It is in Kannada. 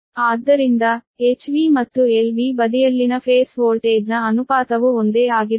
ಆದ್ದರಿಂದ HV ಮತ್ತು LV ಬದಿಯಲ್ಲಿನ ಫೇಸ್ ವೋಲ್ಟೇಜ್ನ ಅನುಪಾತವು ಒಂದೇ ಆಗಿರುತ್ತದೆ